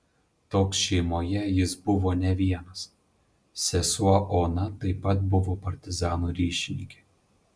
toks šeimoje jis buvo ne vienas sesuo ona taip pat buvo partizanų ryšininkė